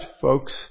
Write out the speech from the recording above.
folks